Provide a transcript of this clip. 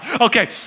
Okay